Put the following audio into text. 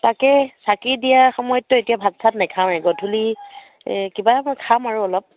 তাকে চাকি দিয়াৰ সময়তটো এতিয়া ভাত চাত নেখাওঁৱেই গধূলি এই কিবা এটা খাম আৰু অলপ